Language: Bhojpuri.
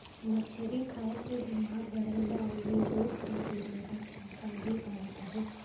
मछरी खाए से दिमाग बढ़ेला अउरी रोग प्रतिरोधक छमता भी बढ़त हवे